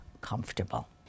comfortable